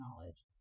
knowledge